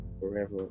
forever